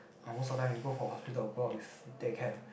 ah most of the time we go for hospital go out with take cab